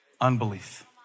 unbelief